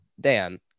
Dan